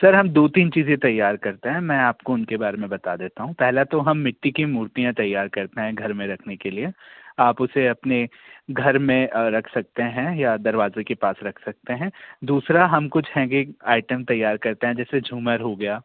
sir हम दो तीन चीज़ें तैयार करते हैं मैं आपको उनके बारे में बता देता हूँ पहला तो हम मिट्टी की मूर्तियाँ तैयार करते हैं घर में रखने के लिए आप उसे अपने घर में रख सकते हैं या दरवाज़े के पास रख सकते हैं दूसरा हम कुछ हैंगगिंग आइटम तैयार करते हैं जैसे झूमर हो गया